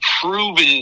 proven